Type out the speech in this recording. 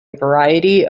variety